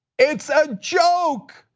it is a joke.